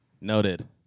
Noted